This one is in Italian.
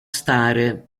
stare